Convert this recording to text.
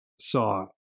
Saw